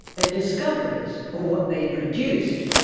their discoveries or what they produced,